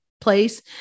place